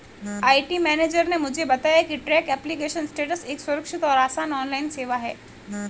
IT manager ने मुझे बताया की ट्रैक एप्लीकेशन स्टेटस एक सुरक्षित और आसान ऑनलाइन सेवा है